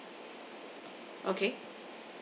okay